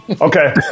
Okay